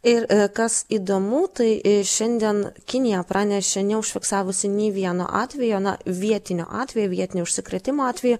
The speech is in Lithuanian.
ir kas įdomu tai ir šiandien kinija pranešė neužfiksavusi nei vieno atvejo na vietinio atvejo vietinio užsikrėtimo atvejo